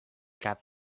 cap